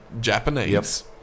Japanese